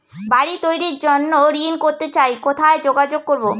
বাড়ি তৈরির জন্য ঋণ করতে চাই কোথায় যোগাযোগ করবো?